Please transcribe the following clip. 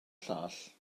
llall